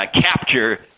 capture